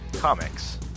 Comics